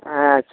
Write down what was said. अच्छा